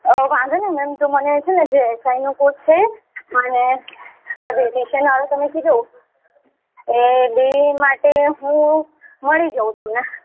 અ વાંધો નહીં મેમ તો મને છે ને જે એસ આઇનો કોર્સ છે એ અને આ બ્યુટિશિયનવાળું તમે કીધું એ બે માટે હું મળી જાઉં તમને